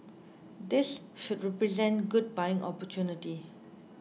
this should represent good buying opportunity